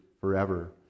forever